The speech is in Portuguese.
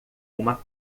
uma